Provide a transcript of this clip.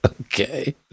Okay